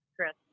Chris